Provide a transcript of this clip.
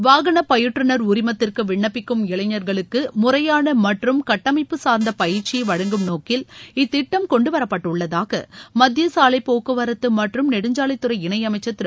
வாகனப் பயிற்றுநர் உரிமத்திற்கு விண்ணப்பிக்கும் இளைஞர்களுக்கு முறையான மற்றும் கட்டமைப்பு சார்ந்த பயிற்சியை வழங்கும் நோக்கில் இத்திட்டம் கொன்டுவரப்பட்டுள்ளதாக மத்திய சாலைப் போக்குவரத்து மற்றும் நெடுஞ்சாலைத்துறை இணையமைச்சர் திரு